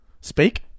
Speak